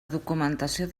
documentació